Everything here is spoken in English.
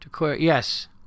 Yes